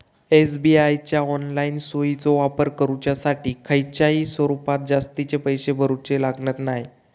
SBI च्या online सोयीचो वापर करुच्यासाठी खयच्याय स्वरूपात जास्तीचे पैशे भरूचे लागणत नाय